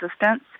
assistance